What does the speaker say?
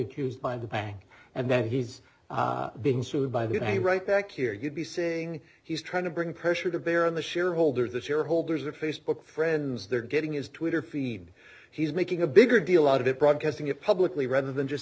accused by the bank and that he's been sued by the right back here you'd be saying he's trying to bring pressure to bear on the shareholders the shareholders of facebook friends they're getting his twitter feed he's making a bigger deal out of it broadcasting it publicly rather than just